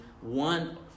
one